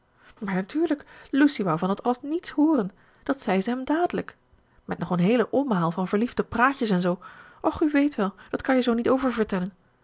natuurlijk lucy wou van dat alles niets hooren dat zei ze hem dadelijk met nog een heelen omhaal van verliefde praatjes en zoo och u weet wel dat kan je zoo niet